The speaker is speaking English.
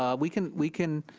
um we can, we can,